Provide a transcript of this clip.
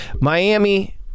Miami